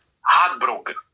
heartbroken